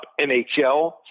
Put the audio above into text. NHL